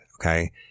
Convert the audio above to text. Okay